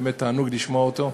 באמת, תענוג לשמוע אותו.